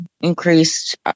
increased